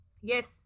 Yes